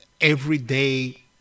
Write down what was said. everyday